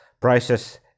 prices